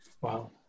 Wow